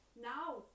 now